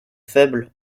faible